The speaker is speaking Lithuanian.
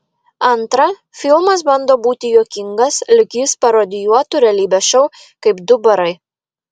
antra filmas bando būti juokingas lyg jis parodijuotų realybės šou kaip du barai